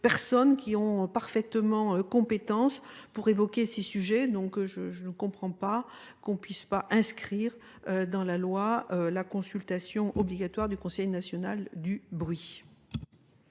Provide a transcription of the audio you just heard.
personnes qui ont parfaitement compétence pour évoquer ces sujets. Donc je ne comprends pas qu'on puisse pas inscrire dans la loi la consultation obligatoire du Conseil national du bruit.